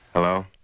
Hello